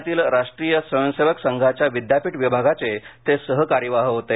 पुण्यातील राष्ट्रीय स्वयंसेवक संघाच्या विद्यापीठ विभागाचे ते सहकार्यवाह होते